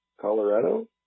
Colorado